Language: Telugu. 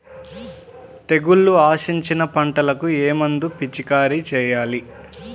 తెగుళ్లు ఆశించిన పంటలకు ఏ మందు పిచికారీ చేయాలి?